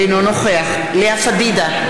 אינו נוכח לאה פדידה,